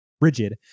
rigid